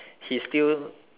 he's still